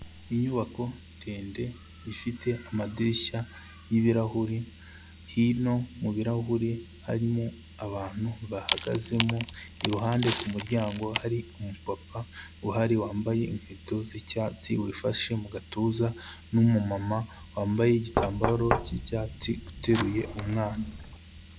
Inyubako ndende ifite amadirishya y'ibirahuri hino mu birahuri harimo abantu bahagazemo iruhande kumuryango hari umupapa uhari wambaye inkweto z'icyatsi wifashe mu gatuza n'umumama wambaye igitambaro k'icyatsi uteruye umwana.